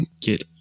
get